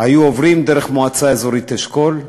היו עוברים דרך מועצה אזורית אשכול,